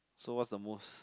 so what's the most